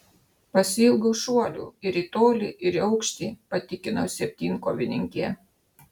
pasiilgau šuolių ir į tolį ir į aukštį patikino septynkovininkė